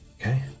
Okay